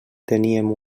teníem